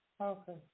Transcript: Okay